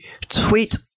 tweet